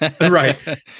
Right